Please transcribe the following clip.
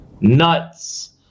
Nuts